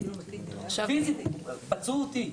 פיזית פצעו אותי.